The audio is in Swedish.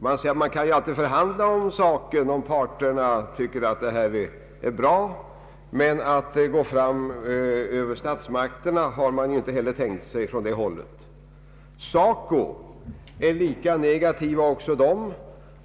TCO säger att man ju alltid kan förhandla om saken men anser inte att detta är en fråga för statsmakterna. Inom SACO är man också negativt inställd.